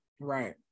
Right